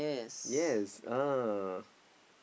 yes oh